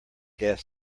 gas